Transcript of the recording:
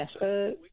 Yes